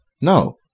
No